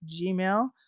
Gmail